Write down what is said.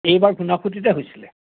এইবাৰ ঘুনাসুতিতে হৈছিলে